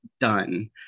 done